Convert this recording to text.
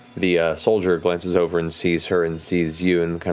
the soldier glances over and sees her and sees you and